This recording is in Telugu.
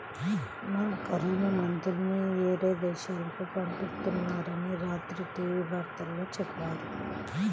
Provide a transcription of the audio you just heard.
మన కరోనా మందుల్ని యేరే దేశాలకు పంపిత్తున్నారని రాత్రి టీవీ వార్తల్లో చెప్పారు